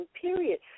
Period